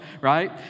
right